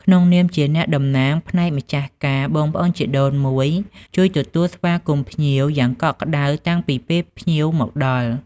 ក្នុងនាមជាអ្នកតំណាងផ្នែកម្ចាស់ការ បងប្អូនជីដូនមួយជួយ ទទួលស្វាគមន៍ភ្ញៀវ យ៉ាងកក់ក្តៅតាំងពីពេលភ្ញៀវមកដល់។